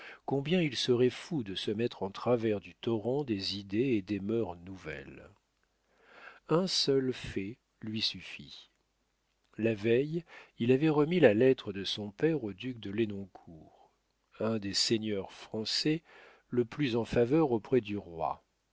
combien il serait fou de se mettre en travers du torrent des idées et des mœurs nouvelles un seul fait lui suffit la veille il avait remis la lettre de son père au duc de lenoncourt un des seigneurs français le plus en faveur auprès du roi